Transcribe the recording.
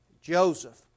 Joseph